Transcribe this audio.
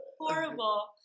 Horrible